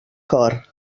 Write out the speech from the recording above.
cor